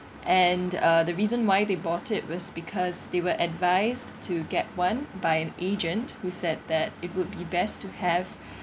and uh the reason why they bought it was because they were advised to get one by an agent who said that it would be best to have